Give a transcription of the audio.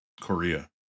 Korea